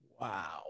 Wow